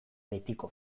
betiko